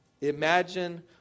Imagine